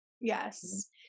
Yes